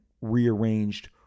rearranged